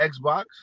Xbox